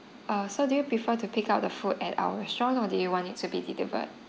uh so do you prefer to pick up the food at our restaurant or do you want it to be delivered